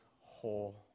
whole